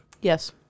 Yes